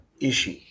issue